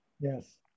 Yes